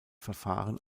verfahren